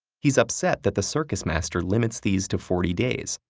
he's upset that the circus master limits these to forty days,